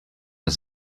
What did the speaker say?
las